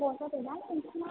गोबाव जागोनदां नोंसिना